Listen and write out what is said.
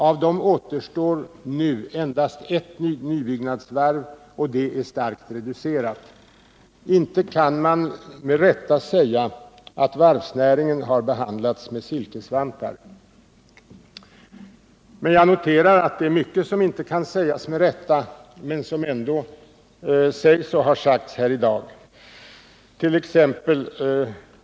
Av dem återstår nu endast ett nybyggnadsvarv, och det är starkt reducerat. Inte kan man med rätta säga att varvsnäringen har behandlats med silkesvantar. Men jag noterar att det är mycket som inte kan sägas med rätta men som ändå sägs och har sagts här i dag.